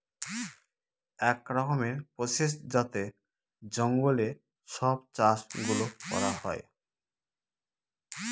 এক রকমের প্রসেস যাতে জঙ্গলে সব চাষ গুলো করা হয়